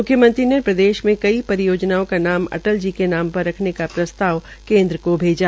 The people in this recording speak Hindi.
मुख्यमंत्री ने प्रदेश में कई परियोजनाओं का नाम अटल् जी के नाम पर रखने का प्रस्ताव केन्द्र को भेजा